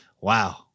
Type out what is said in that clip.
wow